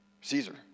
Caesar